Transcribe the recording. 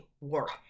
work